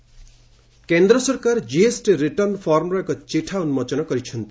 GST return form କେନ୍ଦ୍ର ସରକାର GST return ଫର୍ମର ଏକ ଚିଠା ଉନ୍କୋଚନ କରିଛନ୍ତି